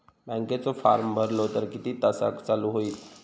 बँकेचो फार्म भरलो तर किती तासाक चालू होईत?